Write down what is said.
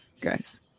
Guys